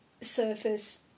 surface